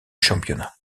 championnat